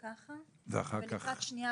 אני חושבת שנשאיר את זה כך ולקראת שנייה